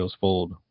fold